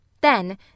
Then